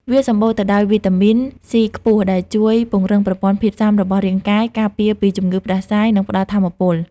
វាសម្បូរទៅដោយ វីតាមីន ស៊ី ខ្ពស់ ដែលជួយពង្រឹងប្រព័ន្ធភាពស៊ាំរបស់រាងកាយ ការពារពីជំងឺផ្តាសាយ និងផ្តល់ថាមពល។